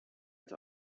its